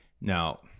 now